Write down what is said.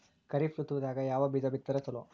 ಖರೀಫ್ ಋತದಾಗ ಯಾವ ಬೀಜ ಬಿತ್ತದರ ಚಲೋ?